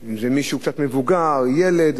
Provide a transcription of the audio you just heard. או מישהו קצת מבוגר או ילד,